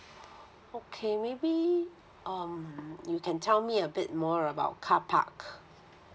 okay maybe um you can tell me a bit more about car park